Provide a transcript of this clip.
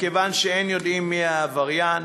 כיוון שאין יודעים מי העבריין,